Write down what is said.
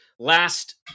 Last